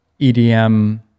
EDM